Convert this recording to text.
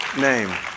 name